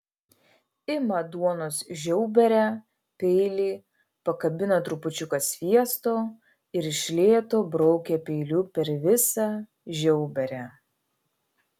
ima duonos žiauberę peilį pakabina trupučiuką sviesto ir iš lėto braukia peiliu per visą žiauberę